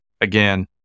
again